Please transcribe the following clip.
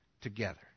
together